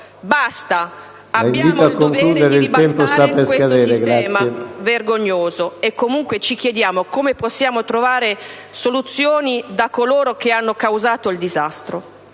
Abbiamo il dovere di ribaltare questo sistema vergognoso. Ci chiediamo comunque come possiamo trovare soluzioni da coloro che hanno causato il disastro.